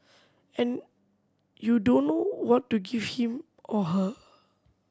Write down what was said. and you don't know what to give him or her